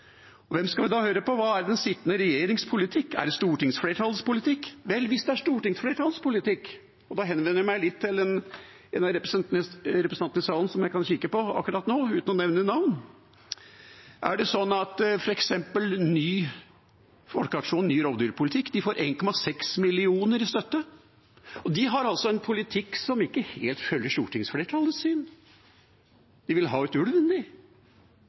Hvem skal vi da høre på? Hva er den sittende regjerings politikk? Er det stortingsflertallets politikk? Vel, hvis det er stortingsflertallets politikk – og da henvender jeg meg litt til en av representantene i salen som jeg kan kikke på akkurat nå, uten å nevne navn – er det da sånn at f.eks. Folkeaksjonen ny rovdyrpolitikk får 1,6 mill. kr i støtte? De har altså en politikk som ikke helt følger stortingsflertallets syn. De vil ha ut ulven.